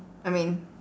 I mean